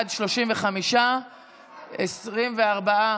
התש"ף 2020,